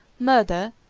murder,